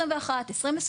2022,